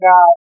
God